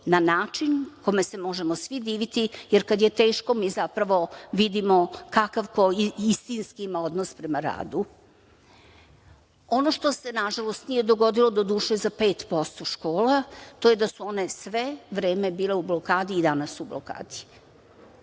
na način kome se možemo svi diviti, jer kada je teško mi zapravo vidimo kakav ko ima istinski odnos prema radu. Ono što se, nažalost, nije dogodilo, doduše, za 5% škola, to je da su one sve vreme bile u blokadi, i danas su u blokadi.